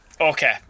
Okay